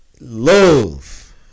love